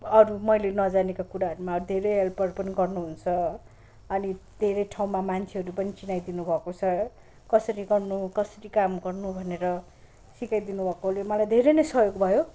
अरू मैले नजानेको कुराहरूमा पनि धेरै हेल्पहरू पनि गर्नुहुन्छ अनि धेरै ठाउँमा मान्छेहरू पनि चिनाइदिनु भएको छ कसरी गर्नु कसरी काम गर्नु भनेर सिकाइदिनु भएकोले मलाई धेरै नै सहयोग भयो